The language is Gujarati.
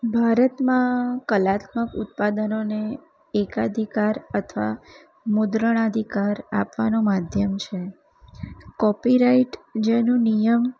ભારતમાં કલાત્મક ઉત્પાદનોને એકાધિકાર અથવા મુદ્રણ અધિકાર આપવાનો માધ્યમ છે કોપીરાઇટ જેનો નિયમ